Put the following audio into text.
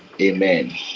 Amen